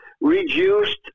reduced